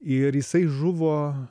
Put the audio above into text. ir jisai žuvo